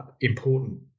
important